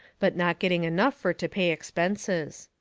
but not getting enough fur to pay expenses.